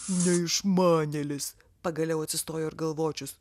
neišmanėlis pagaliau atsistojo ir galvočius